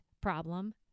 problem